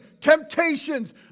temptations